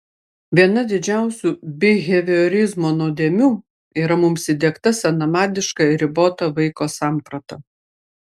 viena didžiausių biheviorizmo nuodėmių yra mums įdiegta senamadiška ir ribota vaiko samprata